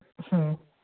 ꯎꯝ